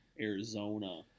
Arizona